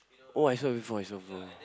oh I saw before I saw before